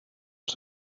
als